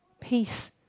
peace